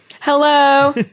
Hello